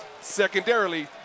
Secondarily